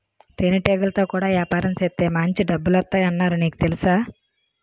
తేనెటీగలతో కూడా యాపారం సేత్తే మాంచి డబ్బులొత్తాయ్ అన్నారు నీకు తెలుసా?